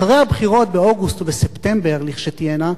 אחרי הבחירות באוגוסט או בספטמבר לכשתהיינה,